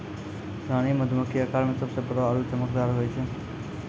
रानी मधुमक्खी आकार मॅ सबसॅ बड़ो आरो चमकदार होय छै